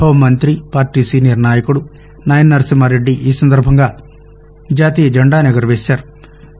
హోంమంఁతి party senior నాయకుడు నాయిని నర్సింహారెడ్డి ఈ సందర్భంగా జాతీయ జెండాను ఎగురవేశారు